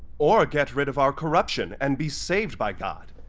or get rid of our corruption and be saved by god.